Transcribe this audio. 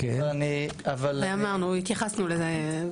אבל --- והתייחסנו לזה.